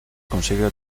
consigue